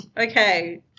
Okay